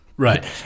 Right